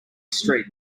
street